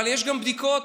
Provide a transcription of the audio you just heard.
אבל יש גם בדיקות